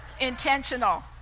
Intentional